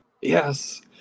Yes